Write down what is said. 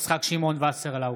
יצחק שמעון וסרלאוף,